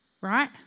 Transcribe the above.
right